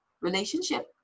relationship